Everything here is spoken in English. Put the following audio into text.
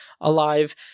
alive